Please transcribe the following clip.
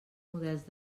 models